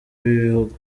b’ibihugu